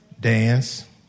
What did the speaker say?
Dance